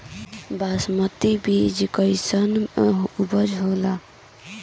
बासमती बीज कईसन उपज होला?